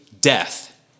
death